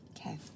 Okay